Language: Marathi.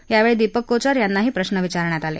यावेळी दिपक कोचर यांनाही प्रश्न विचारण्यात आले